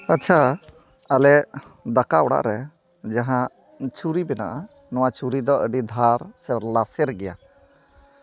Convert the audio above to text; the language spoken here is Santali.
ᱟᱪᱪᱷᱟ ᱟᱞᱮ ᱫᱟᱠᱟ ᱚᱲᱟᱜ ᱨᱮ ᱡᱟᱦᱟᱸ ᱪᱷᱩᱨᱤ ᱢᱮᱱᱟᱜᱼᱟ ᱱᱚᱣᱟ ᱪᱷᱩᱨᱤ ᱫᱚ ᱟᱹᱰᱤ ᱫᱷᱟᱨ ᱥᱮ ᱞᱟᱥᱮᱨ ᱜᱮᱭᱟ